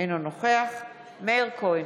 אינו נוכח מאיר כהן,